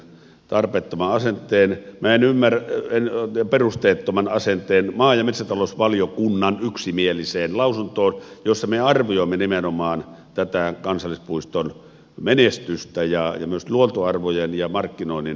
tarpeettomaan sen teemme ottanut vähän tämmöisen perusteettoman asenteen maa ja metsätalousvaliokunnan yksimieliseen lausuntoon jossa me arvioimme nimenomaan tätä kansallispuiston menestystä ja myös luontoarvojen ja markkinoinnin menestystä